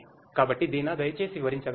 కాబట్టి దీనా దయచేసి వివరించగలరా